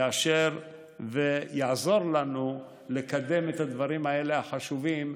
יאשר ויעזור לנו לקדם את הדברים החשובים האלה,